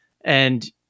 and-